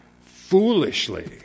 foolishly